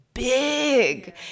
Big